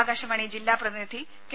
ആകാശവാണി ജില്ലാ പ്രതിനിധി കെ